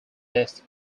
best